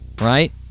right